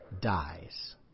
dies